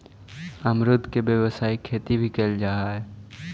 अमरुद के व्यावसायिक खेती भी कयल जा हई